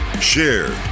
share